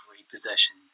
repossession